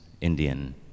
Indian